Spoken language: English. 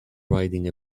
riding